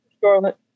Charlotte